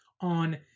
on